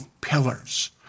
pillars